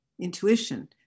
intuition